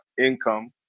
income